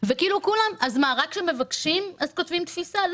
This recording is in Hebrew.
רק כאשר מבקשים כותבים תפיסה?